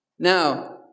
Now